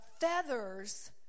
Feathers